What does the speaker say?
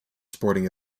sporting